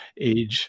age